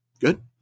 Good